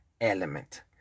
element